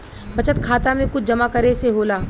बचत खाता मे कुछ जमा करे से होला?